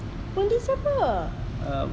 wendy siapa